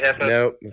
Nope